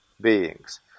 beings